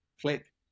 click